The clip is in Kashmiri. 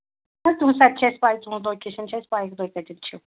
سُہ تہِ چھِ اَسہِ پَے تُہُنٛز لوکیشن چھےٚ اَسہِ پَے تُہۍ کَتٮ۪تھ چھِو